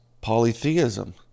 polytheism